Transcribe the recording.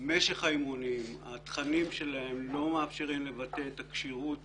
משך האימונים והתכנים שלהם לא מאפשרים לבטא את הכשירות